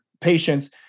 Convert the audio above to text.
patients